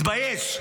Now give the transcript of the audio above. התבייש.